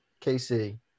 KC